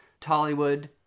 tollywood